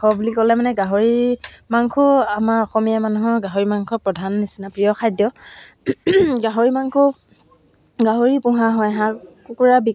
ইউটিউবৰ পৰা আচলতে ইউটিউবৰ পৰা চাই মই বেছিখিনি কাম শিকিছিলোঁ বুলি ক'ব পাৰি চিলাই কামবিলাক পথ এতিয়াতো